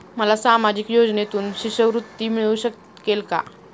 मला सामाजिक योजनेतून शिष्यवृत्ती मिळू शकेल का?